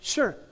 Sure